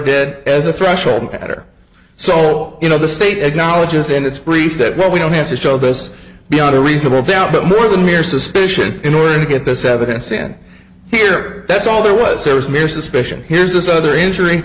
did as a threshold matter soul you know the state acknowledges and it's brief that well we don't have to show this beyond a reasonable doubt but more than mere suspicion in order to get this evidence in here that's all there was there was mere suspicion here's this other injury